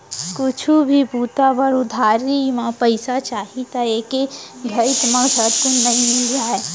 कुछु भी काम बूता बर उधारी म पइसा चाही त एके घइत म झटकुन नइ मिल जाय